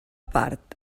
part